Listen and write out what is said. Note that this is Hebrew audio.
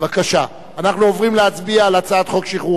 אנחנו עוברים להצביע על הצעת חוק שחרור